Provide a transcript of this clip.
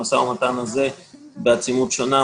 המשא ומתן הזה הוא בעצימות שונה,